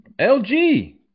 LG